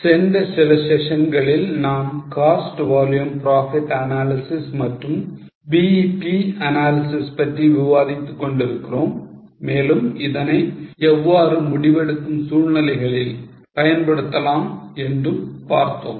சென்ற சில செஷன்களில் நாம் cost volume profit analysis மற்றும் BEP analysis பற்றி விவாதித்துக் கொண்டிருக்கிறோம் மேலும் இதனை எப்படி வெவ்வேறு முடிவெடுக்கும் சூழ்நிலைகளில் பயன்படுத்தலாம் என்றும் பார்த்தோம்